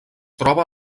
troba